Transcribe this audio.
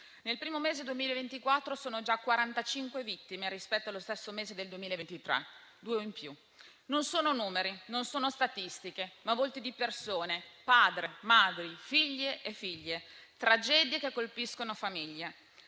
Nel primo mese del 2024 sono già 45 le vittime rispetto allo stesso mese del 2023, due in più. Non sono numeri, non sono statistiche, ma sono volti di persone, padri, madri, figli e figlie. Sono tragedie che colpiscono le famiglie.